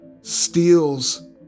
steals